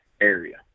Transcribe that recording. area